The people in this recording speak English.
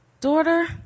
Daughter